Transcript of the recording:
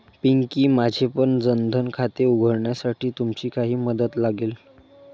पिंकी, माझेपण जन धन खाते उघडण्यासाठी तुमची काही मदत लागेल